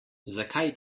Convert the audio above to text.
zakaj